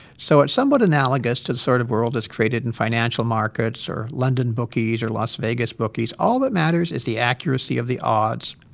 so it's somewhat analogous to the sort of world that's created in financial markets or london bookies or las vegas bookies. all that matters is the accuracy of the odds.